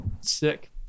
sick